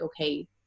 okay